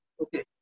Okay